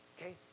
Okay